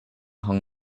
hung